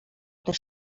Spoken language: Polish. też